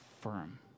firm